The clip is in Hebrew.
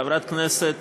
חברת הכנסת,